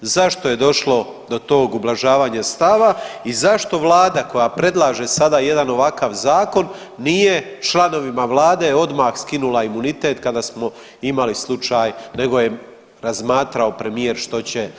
Zašto je došlo do tog ublažavanja stava i zašto vlada koja predlaže sada jedan ovakav zakon nije članovima vlade odmah skinula imunitet kada smo imali slučaj nego je razmatrao premijer što će